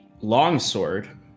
Longsword